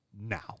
now